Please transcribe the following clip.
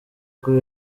kuri